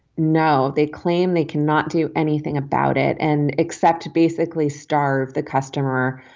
now they claim they cannot do anything about it and except to basically starve the customer